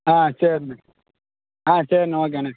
ஆ சரிண்ணே ஆ சரிண்ணே ஓகேண்ணே